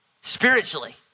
spiritually